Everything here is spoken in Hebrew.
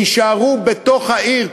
כדי שיישארו בתוך העיר.